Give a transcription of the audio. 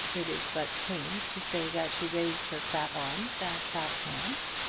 it is but tame to say that she raised her fat arms and fat hands,